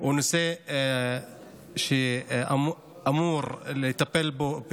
הוא נושא שפיקוד העורף אמור לטפל בו,